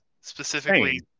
specifically